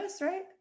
right